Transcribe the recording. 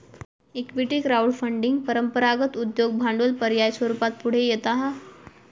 equity crowd funding परंपरागत उद्योग भांडवल पर्याय स्वरूपात पुढे येता हा